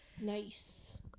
Nice